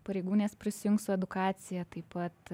pareigūnės prisijungs su edukacija taip pat